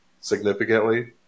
significantly